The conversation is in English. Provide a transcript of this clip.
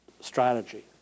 strategy